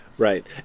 Right